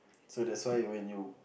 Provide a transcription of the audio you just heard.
so that's why when you